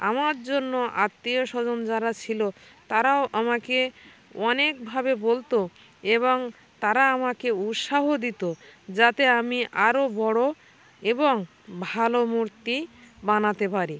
আমার জন্য আত্মীয় স্বজন যারা ছিলো তারাও আমাকে অনেকভাবে বলতো এবং তারা আমাকে উৎসাহ দিতো যাতে আমি আরও বড়ো এবং ভালো মূর্তি বানাতে পারি